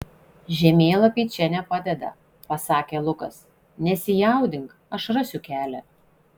žemėlapiai čia nepadeda pasakė lukas nesijaudink aš rasiu kelią